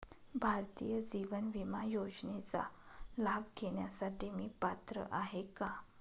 भारतीय जीवन विमा योजनेचा लाभ घेण्यासाठी मी पात्र आहे का?